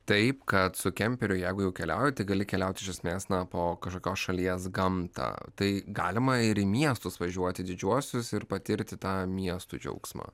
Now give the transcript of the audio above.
taip kad su kemperiu jeigu jau keliauji tik gali keliauti iš esmės na po kažkokios šalies gamtą tai galima ir į miestus važiuoti didžiuosius ir patirti tą miestų džiaugsmą